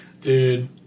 Dude